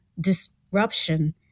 disruption